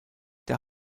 der